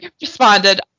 responded